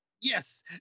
Yes